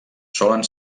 solen